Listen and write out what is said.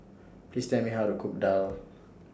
Please Tell Me How to Cook Daal